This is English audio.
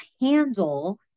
handle